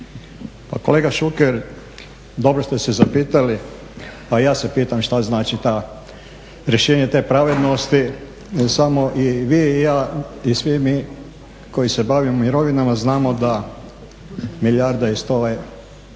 Pa kolega Šuker, dobro ste se zapitali, a i ja se pitam šta znači rješenje te pravednosti jer i vi i ja i svi mi koji se bavimo mirovinama znamo da je milijarda i 100